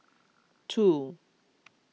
two